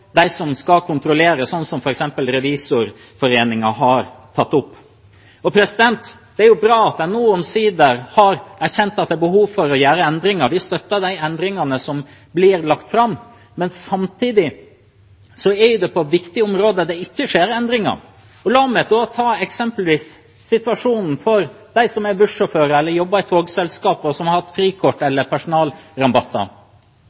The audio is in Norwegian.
de som skal kontrollere, sånn som f.eks. Revisorforeningen har tatt opp. Det er bra at en nå omsider har erkjent at det er behov for å gjøre endringer. Vi støtter de endringene som blir lagt fram, men samtidig er det viktige områder der det ikke skjer endringer. La meg eksempelvis ta situasjonen for dem som er bussjåfører eller jobber i togselskap, og som har hatt frikort